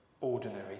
ordinary